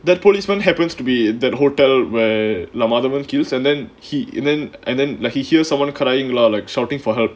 that policeman happens to be that hotel where madhavan kills and then he and then and then like he hear someone crying lah like shouting for help